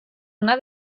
una